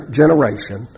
generation